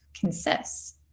consists